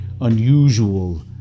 unusual